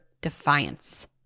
defiance